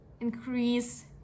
increase